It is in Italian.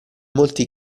molti